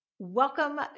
Welcome